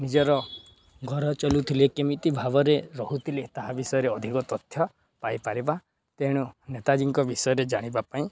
ନିଜର ଘର ଚଳୁଥିଲେ କେମିତି ଭାବରେ ରହୁଥିଲେ ତାହା ବିଷୟରେ ଅଧିକ ତଥ୍ୟ ପାଇପାରିବା ତେଣୁ ନେତାଜୀଙ୍କ ବିଷୟରେ ଜାଣିବା ପାଇଁ